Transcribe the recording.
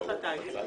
הישיבה.